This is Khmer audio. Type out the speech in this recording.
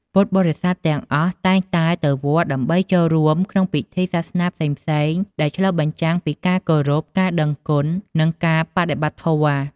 ពុទ្ធបរិស័ទទាំងអស់តែងតែទៅវត្តដើម្បីចូលរួមក្នុងពិធីសាសនាផ្សេងៗ ដែលឆ្លុះបញ្ចាំងពីការគោរព ការដឹងគុណ និងការបដិបត្តិធម៌។